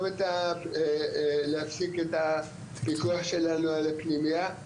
או להפסיק את הפיקוח שלנו על הפנימייה,